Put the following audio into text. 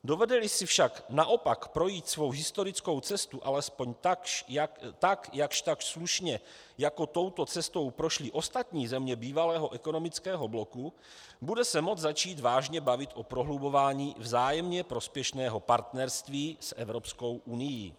Dovedeli si však naopak projít svou historickou cestu alespoň jakžtakž slušně, jako touto cestou prošly ostatní země bývalého ekonomického bloku, bude se moci začít vážně bavit o prohlubování vzájemně prospěšného partnerství s Evropskou unií.